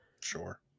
Sure